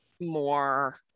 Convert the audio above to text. more